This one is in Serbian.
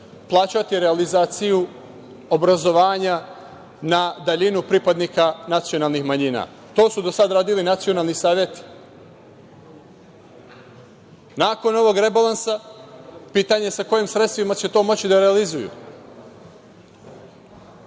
plaćati realizaciju obrazovanja na daljinu pripadnika nacionalnih manjina? To su do sada radili nacionalni saveti. Nakon ovog rebalansa, pitanje je sa kojim sredstvima će to moći da realizuju.